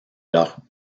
leurs